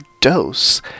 dose